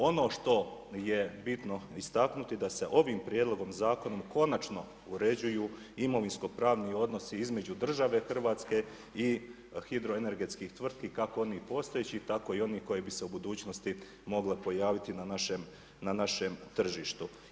Ono što je bitno istaknuti da se ovim prijedlogom zakonom konačno uređuju imovinsko pravni odnosi između države Hrvatske i hidro energetskih tvrtki kako onih postojećih tako i onih koji bi se u budućnosti mogle pojaviti na našem tržištu.